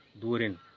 durin